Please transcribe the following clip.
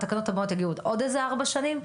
התקנות הבאות יגיעו בעוד איזה ארבע שנים.